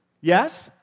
Yes